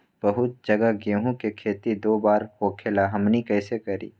बहुत जगह गेंहू के खेती दो बार होखेला हमनी कैसे करी?